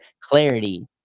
clarity